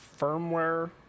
firmware